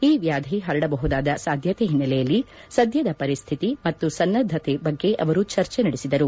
ಈ ವ್ಯಾದಿ ಪರಡಬಹುದಾದ ಸಾಧ್ಯಕೆ ಹಿನ್ನೆಲೆಯಲ್ಲಿ ಸದ್ಯದ ಪರಿಶ್ಠಿತಿ ಮತ್ತು ಸನ್ನದ್ಧತೆ ಬಗ್ಗೆ ಅವರು ಚರ್ಚೆ ನಡೆಸಿದರು